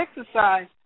exercise